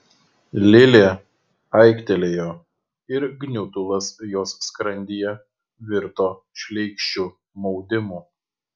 lilė aiktelėjo ir gniutulas jos skrandyje virto šleikščiu maudimu